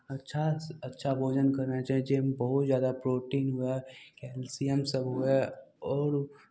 अच्छा अच्छा भोजन करना चाही जाहिमे बहुत ज्यादा प्रोटीन हुए कैल्सियम सभ हुए आओर